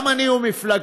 גם אני ומפלגתי,